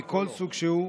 מכל סוג שהוא,